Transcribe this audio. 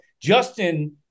Justin